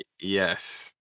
Yes